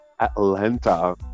Atlanta